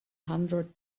hundred